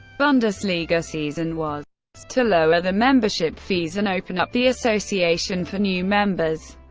bundesliga season was to lower the membership fees and open up the association for new members.